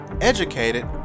educated